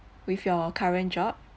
with your current job